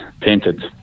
painted